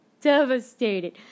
devastated